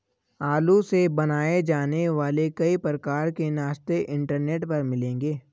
आलू से बनाए जाने वाले कई प्रकार के नाश्ते इंटरनेट पर मिलेंगे